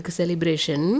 celebration